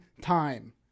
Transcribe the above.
time